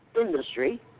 industry